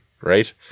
right